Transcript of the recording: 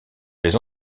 les